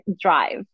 drive